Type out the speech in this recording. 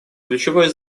ключевое